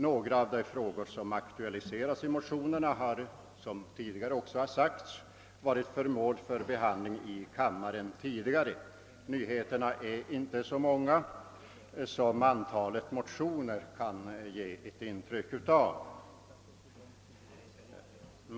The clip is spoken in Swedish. Några av de frågor som aktualiserats i motionerna har, såsom också tidigare har sagts, varit föremål för behandling i kammaren förut. Nyheterna är inte så många som antalet motioner kan ge ett intryck av.